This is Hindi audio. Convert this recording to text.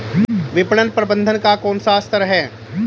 विपणन प्रबंधन का कौन सा स्तर है?